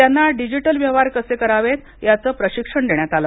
त्यांना डिजिटल व्यवहार कसे करावेत याचं प्रशिक्षण देण्यात आलं